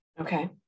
Okay